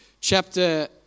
chapter